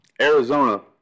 Arizona